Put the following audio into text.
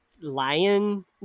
lion